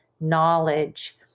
knowledge